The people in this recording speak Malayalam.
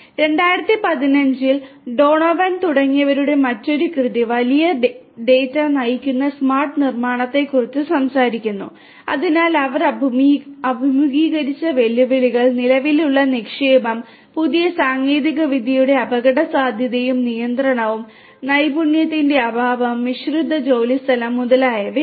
2015 ൽ ഡോണോവൻ മുതലായവയാണ്